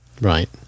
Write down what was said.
right